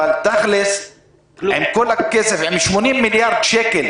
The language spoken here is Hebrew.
אבל תכל'ס עם כל הכסף 80 מיליארד שקל,